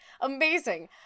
Amazing